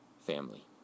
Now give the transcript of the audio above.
family